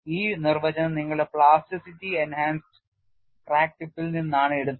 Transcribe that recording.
ഈ നിർവചനം നിങ്ങളുടെ plasticity enhanced ക്രാക്ക് ടിപ്പിൽ നിന്നാണ് എടുത്തത്